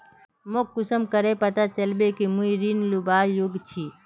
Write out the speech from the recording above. मोक कुंसम करे पता चलबे कि मुई ऋण लुबार योग्य छी?